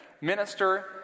Minister